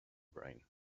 brain